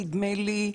נדמה לי,